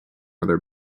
other